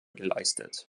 geleistet